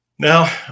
Now